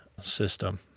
system